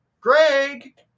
Greg